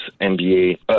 NBA